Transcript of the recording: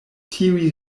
tiuj